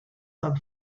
had